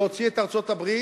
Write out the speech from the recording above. להוציא את ארצות-הברית,